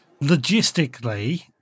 logistically